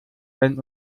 wenn